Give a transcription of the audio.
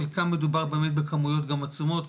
חלקם מדובר באמת בכמויות גם עצומות,